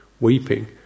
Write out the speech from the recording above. weeping